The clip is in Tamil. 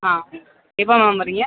ஆ எப்போ மேம் வரிங்க